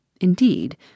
Indeed